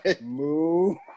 Move